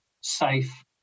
safe